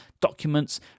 documents